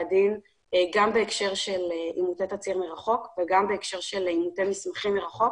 הדין גם בהקשר של אימותי תצהיר מרחוק וגם בהקשר של אימותי מסמכים מרחוק